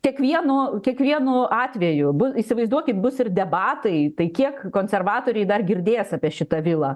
kiekvieno kiekvienu atveju įsivaizduokit bus ir debatai tai kiek konservatoriai dar girdės apie šitą vilą